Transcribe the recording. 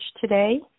today